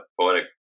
Poetic